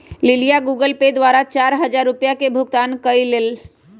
लिलीया Google Pay द्वारा चार हजार रुपिया के भुगतान कई लय